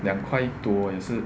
两块多也是